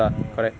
orh